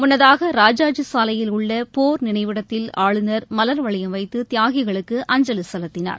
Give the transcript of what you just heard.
முன்னதாக ராஜாஜி சாலையில் உள்ள போர் நினைவிடத்தில் ஆளுநர் மலர்வளையம் வைத்து தியாகிகளுக்கு அஞ்சலி செலுத்தினார்